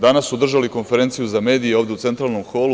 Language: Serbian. Danas su držali konferenciju za medije ovde u centralnom holu.